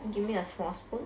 give me a small spoon